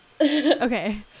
Okay